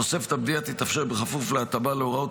תוספת הבנייה תתאפשר בכפוף להתאמה להוראות